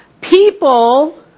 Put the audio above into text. people